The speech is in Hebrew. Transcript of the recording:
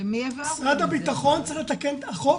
משרד הבטחון צריך לתקן את החוק,